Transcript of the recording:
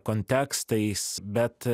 kontekstais bet